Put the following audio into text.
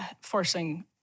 forcing